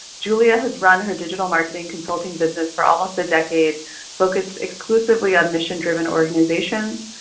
julia has run her digital marketing consulting business for almost a decade focused exclusively on mission driven organizations.